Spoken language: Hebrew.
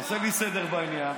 תעשה לי סדר בעניין,